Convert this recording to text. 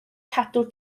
cadw